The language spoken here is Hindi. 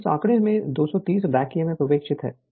तो इस आंकड़े से 230 बैक ईएमएफ उपेक्षित है